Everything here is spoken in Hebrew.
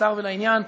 קצר ולעניין,